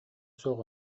суох